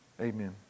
Amen